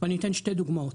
ואני אתן שתי דוגמאות.